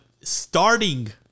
starting